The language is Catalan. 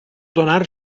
donar